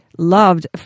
loved